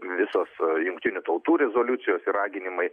visos jungtinių tautų rezoliucijos ir raginimai